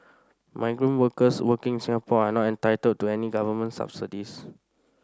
migrant workers working in Singapore are not entitled to any Government subsidies